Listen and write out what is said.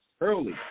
early